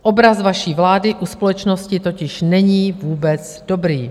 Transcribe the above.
Obraz vaší vlády u společnosti totiž není vůbec dobrý.